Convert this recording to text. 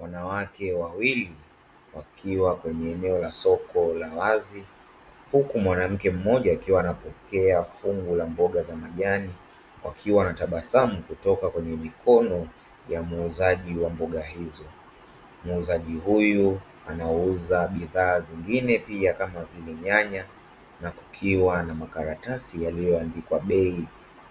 Wanawake wawili wakiwa kwenye eneo la soko la wazi, huku mwanamke mmoja akiwa anapokea fungu la mboga za majani wakiwa wanatabasamu kutoka kwenye mikono ya muuzaji wa mboga hizo, muuzaji huyu anauza bidhaa zingine kama vile nyanya na kukiwa na makaratasi yaliyoandikwa bei